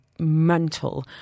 mental